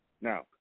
Now